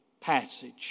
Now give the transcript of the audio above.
passage